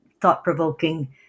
thought-provoking